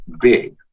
big